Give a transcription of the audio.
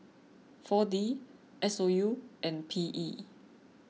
four D S O U and P E